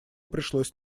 пришлось